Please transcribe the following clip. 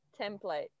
template